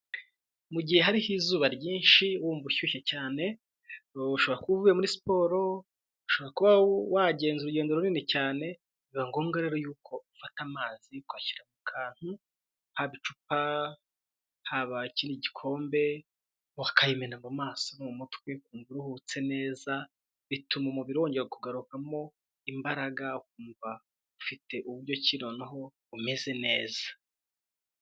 Mu gihe hariho izuba ryinshi wumva ushyushye cyane ushobora kuba uvuye muri siporo ushaka kuba wagenza urugendo runini cyane biba ngombwa rero yuko ufata amazi ugashyira mu kantu haba icupa habakira igikombe ukayimena mu maso ,mu mutwe wumva uruhutse neza bituma umubiri wongera kugarukamo imbaraga ukumva ufite uburyo ki noneho umeze neza.